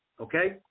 okay